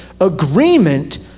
Agreement